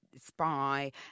Spy